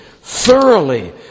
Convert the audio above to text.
thoroughly